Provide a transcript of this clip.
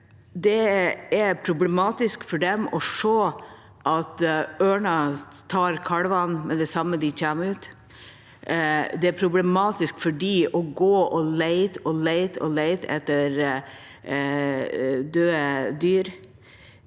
Det er problematisk for dem å se at ørn tar kalvene med det samme de kommer ut, og det er problematisk for dem å gå og lete og lete etter døde dyr.